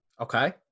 Okay